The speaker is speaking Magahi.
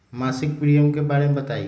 मासिक प्रीमियम के बारे मे बताई?